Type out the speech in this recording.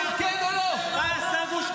מה עשיתם,